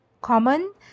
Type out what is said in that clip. common